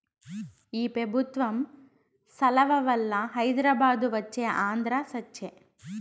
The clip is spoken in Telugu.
ఈ పెబుత్వం సలవవల్ల హైదరాబాదు వచ్చే ఆంధ్ర సచ్చె